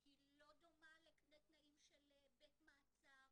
היא לא דומה לתנאים של בית מעצר,